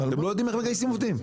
אתם לא יודעים איך מגייסים עובדים.